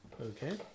Okay